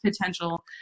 potential